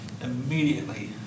Immediately